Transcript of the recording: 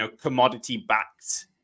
commodity-backed